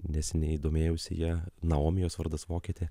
neseniai domėjausi ja naomijos vardas vokietė